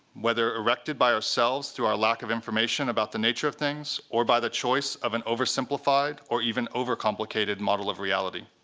whether erected by ourselves through our lack of information about the nature of things or by the choice of an oversimplified or even overcomplicated model of reality.